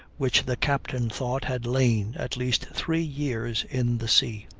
which the captain thought had lain at least three years in the sea.